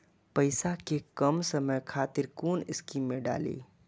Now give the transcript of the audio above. पैसा कै कम समय खातिर कुन स्कीम मैं डाली?